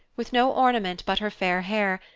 with no ornament but her fair hair,